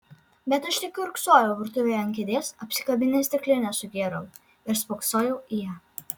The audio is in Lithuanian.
bet aš tik kiurksojau virtuvėje ant kėdės apsikabinęs stiklinę su gėralu ir spoksojau į ją